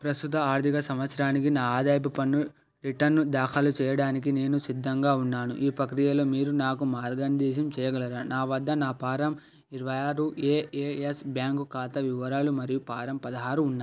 ప్రస్తుత ఆర్థిక సంవత్సరానికి నా ఆదాయపు పన్ను రిటర్న్ దాఖలు చెయ్యడానికి నేను సిద్ధంగా ఉన్నాను ఈ ప్రక్రియలో మీరు నాకు మార్గనిర్దేశం చెయ్యగలరా నా వద్ద నా ఫారం ఇరవై ఆరు ఏఏయస్ బ్యాంకు ఖాతా వివరాలు మరియు ఫారం పదహారు ఉన్నాయి